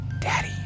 daddy